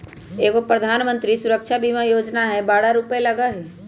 एगो प्रधानमंत्री सुरक्षा बीमा योजना है बारह रु लगहई?